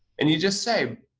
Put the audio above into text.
and you just say,